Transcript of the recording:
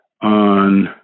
on